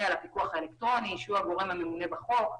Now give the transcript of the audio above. על הפיקוח האלקטרוני שהוא הגורם הממונה בחוק,